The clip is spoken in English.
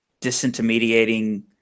disintermediating